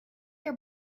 your